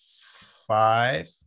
five